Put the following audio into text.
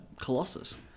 Colossus